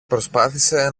προσπάθησε